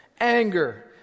Anger